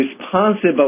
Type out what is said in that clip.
responsible